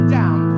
down